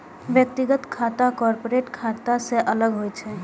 व्यक्तिगत खाता कॉरपोरेट खाता सं अलग होइ छै